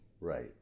Right